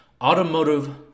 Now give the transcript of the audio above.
automotive